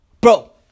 bro